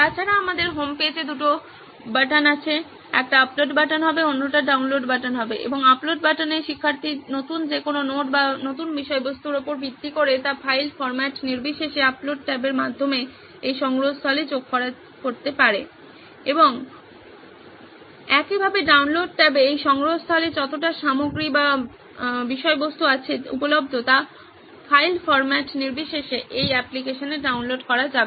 তাছাড়া আমাদের হোমপেজে দুটি বোতাম আছে একটি আপলোড বাটন হবে এবং অন্যটি ডাউনলোড বাটন হবে আপলোড বাটনে শিক্ষার্থী নতুন যেকোনো নোট বা নতুন বিষয়বস্তুর উপর ভিত্তি করে তা ফাইল ফর্ম্যাট নির্বিশেষে আপলোড ট্যাবের মাধ্যমে এই সংগ্রহস্থলে যোগ করা করতে পারে এবং একইভাবে ডাউনলোড ট্যাবে এই সংগ্রহস্থলে যতটা সামগ্রী উপলব্ধ তা ফাইল ফরম্যাট নির্বিশেষে এই অ্যাপ্লিকেশনে ডাউনলোড করা যাবে